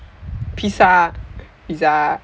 pizza pizza